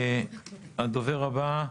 הדובר הבא,